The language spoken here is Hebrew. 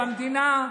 במדינה,